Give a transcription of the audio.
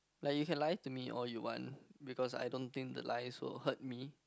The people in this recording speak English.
like you can lie to me all you want because I don't think the lies will hurt me